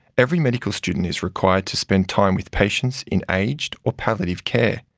every medical student is required to spend time with patients in aged or palliative care,